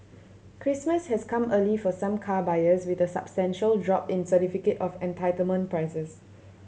Christmas has come early for some car buyers with a substantial drop in certificate of entitlement prices